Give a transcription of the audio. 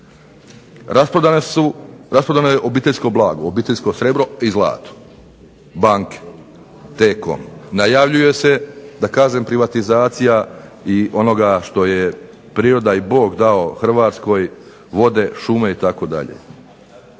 Rasprodano je obiteljsko blago, obiteljsko srebro i zlato, banko, T-com, najavljuje se privatizacija onoga što je priroda i Bog dao Hrvatskoj, vode, šume itd.